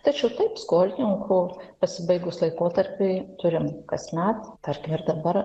tačiau taip skolininkų pasibaigus laikotarpiui turime kasmet tarkim ir dabar